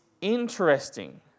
interesting